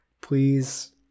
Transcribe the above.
please